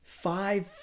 five